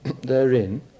therein